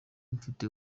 mfite